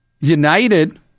United